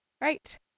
right